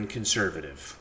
Conservative